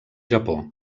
japó